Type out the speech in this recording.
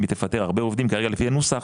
אם היא תפטר הרבה עובדים, כרגע לפי הנוסח,